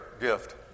gift